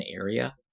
area